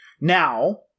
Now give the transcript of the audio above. Now